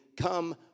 come